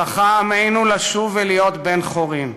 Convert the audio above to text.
זכה עמנו לשוב ולהיות בן-חורין.